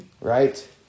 right